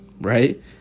right